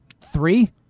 Three